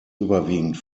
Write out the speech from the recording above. überwiegend